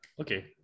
Okay